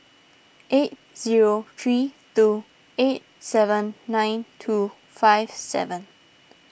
eight zero three two eight seven nine two five seven